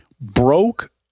broke